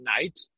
night